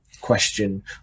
question